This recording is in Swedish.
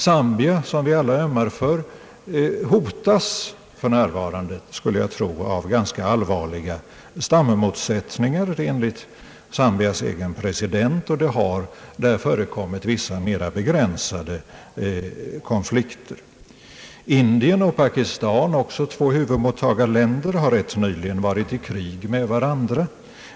Zambia som vi alla ömmar för hotas för närvarande, skulle jag tro, av ganska allvarliga — stammotsättningar, enligt Zambias egen president, och där har förekommit vissa mera begränsade konflikter. Indien och Pakistan, också två huvudmottagarländer, har nyligen varit i krig med varandra.